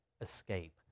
escape